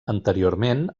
anteriorment